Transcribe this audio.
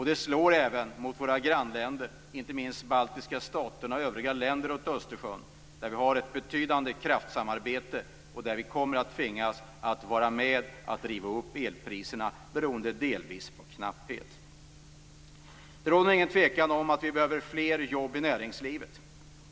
Det slår även mot våra grannländer, inte minst de baltiska staterna och övriga länder runt Östersjön, där vi har ett betydande kraftsamarbete och kommer att tvingas att vara med att driva upp elpriserna, delvis beroende på knapphet. Det råder ingen tvekan om att vi behöver fler jobb i näringslivet.